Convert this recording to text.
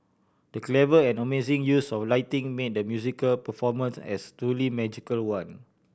the clever and amazing use of lighting made the musical performance as truly magical one